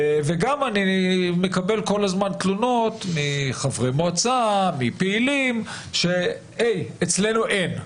אני גם כל הזמן מקבל תלונות מחברי מועצה ומפעילים שאצלם אין,